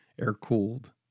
air-cooled